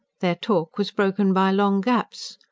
their talk was broken by long gaps.